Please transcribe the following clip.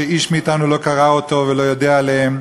שאיש מאתנו לא קרא אותו ולא יודע עליהם,